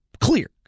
Clear